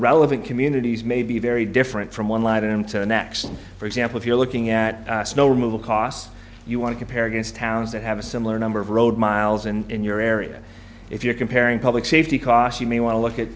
relevant communities may be very different from one line into the next and for example if you're looking at snow removal costs you want to compare against towns that have a similar number of road miles and in your area if you're comparing public safety costs you may want to look at